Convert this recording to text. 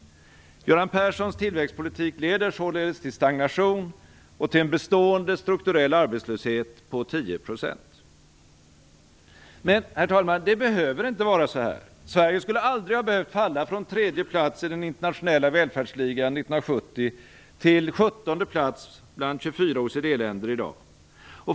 Göran Perssons tillväxtpolitik leder således till stagnation och till en bestående strukturell arbetslöshet på 10 %. Men, herr talman, det behöver inte vara så här. Sverige skulle aldrig ha behövt falla från tredje plats i den internationella välfärdsligan 1970 till sjuttonde plats bland 24 OECD-länder i dag.